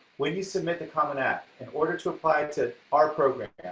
when you submit the common app, in order to apply to our program,